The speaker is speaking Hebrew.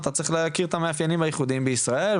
צריך להכיר את המאפיינים הייחודיים בישראל,